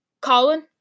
Colin